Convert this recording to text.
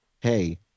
hey